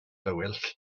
fwyell